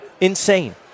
Insane